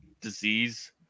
disease